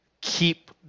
keep